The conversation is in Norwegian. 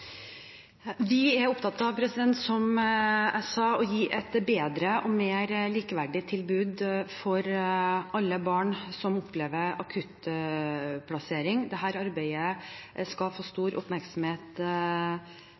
Vi er opptatt av, som jeg sa, å gi et bedre og mer likeverdig tilbud til alle barn som opplever akuttplassering. Dette arbeidet skal få